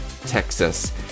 Texas